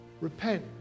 Repent